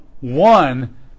One